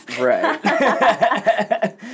Right